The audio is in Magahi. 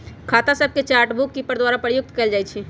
खता सभके चार्ट बुककीपर द्वारा प्रयुक्त कएल जाइ छइ